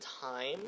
time